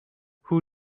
who